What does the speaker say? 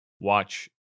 watch